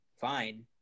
fine